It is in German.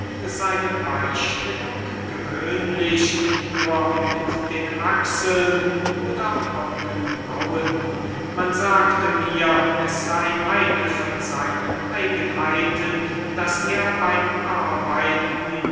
seine beystimmung gewöhnlich nur mit den achseln oder augenbraunen man sagte mir es sey eine von seinen eigenheiten daß er beym arbeiten